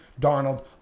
Darnold